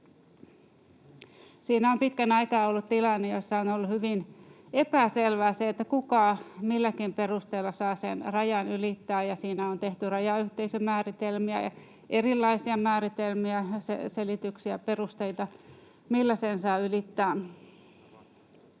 Siinä on pitkän aikaa ollut tilanne, jossa on ollut hyvin epäselvää se, kuka milläkin perusteella saa sen rajan ylittää, ja siinä on tehty rajayhteisömääritelmiä ja erilaisia määritelmiä, selityksiä, perusteita, millä sen saa ylittää.